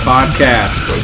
Podcast